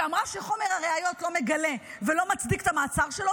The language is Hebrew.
שחומר הראיות לא מגלה ולא מצדיק את המעצר שלו,